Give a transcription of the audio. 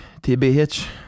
TBH